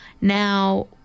Now